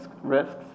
risks